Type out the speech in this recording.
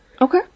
Okay